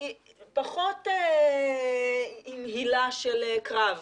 עם פחות הילה של קרב.